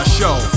show